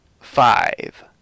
five